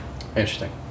Interesting